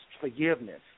forgiveness